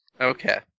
Okay